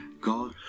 God